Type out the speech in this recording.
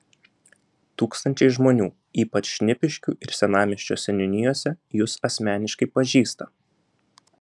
tūkstančiai žmonių ypač šnipiškių ir senamiesčio seniūnijose jus asmeniškai pažįsta